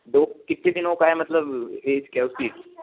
dog कितने दिनों का है मतलब ऐज क्या है उसकी